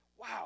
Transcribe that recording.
Wow